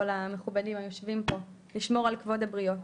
כל המכובדים היושבים פה, לשמור על כבוד הבריות.